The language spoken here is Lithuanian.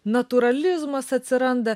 natūralizmas atsiranda